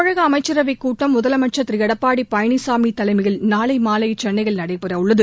தமிழக அமைச்சரவைக் கூட்டம் முதலமைச்சர் திரு எடப்பாடி பழனிச்சாமி தலைமையில் நாளை மாலை சென்னையில் நடைபெறவுள்ளது